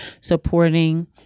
supporting